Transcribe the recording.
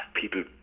people